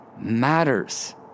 matters